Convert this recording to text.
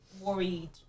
worried